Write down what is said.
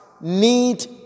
need